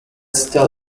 still